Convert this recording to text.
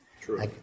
True